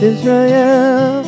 Israel